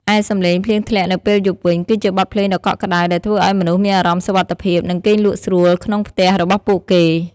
ឯសំឡេងភ្លៀងធ្លាក់នៅពេលយប់វិញ គឺជាបទភ្លេងដ៏កក់ក្តៅដែលធ្វើឱ្យមនុស្សមានអារម្មណ៍សុវត្ថិភាព និងគេងលក់ស្រួលក្នុងផ្ទះរបស់ពួកគេ។